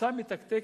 "פצצה מתקתקת",